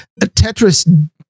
Tetris